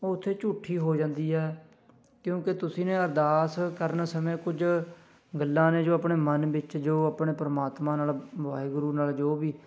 ਉਹ ਉੱਥੇ ਝੂਠੀ ਹੋ ਜਾਂਦੀ ਹੈ ਕਿਉਂਕਿ ਤੁਸੀਂ ਨੇ ਅਰਦਾਸ ਕਰਨ ਸਮੇਂ ਕੁਝ ਗੱਲਾਂ ਨੇ ਜੋ ਆਪਣੇ ਮਨ ਵਿੱਚ ਜੋ ਆਪਣੇ ਪਰਮਾਤਮਾ ਨਾਲ ਵਾਹਿਗੁਰੂ ਨਾਲ ਜੋ ਵੀ